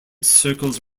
circles